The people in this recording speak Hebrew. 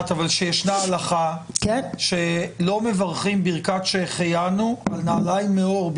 שישנה הלכה שלא מברכים ברכת שהחיינו על נעלים מעור,